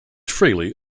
freely